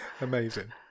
Amazing